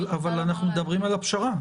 אבל אנחנו מדברים על הפשרה.